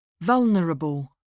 Vulnerable